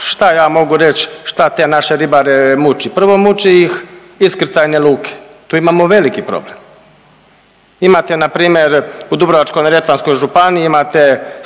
šta ja mogu reći šta te naše ribare muči. Prvo muči ih iskrcajne luke, tu imamo veliki problem. Imate npr. u Dubrovačko-neretvanskoj županiji imate